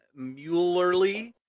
Muellerly